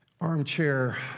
armchair